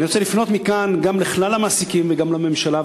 אני רוצה לפנות מכאן גם לכלל המעסיקים וגם לממשלה,